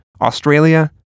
Australia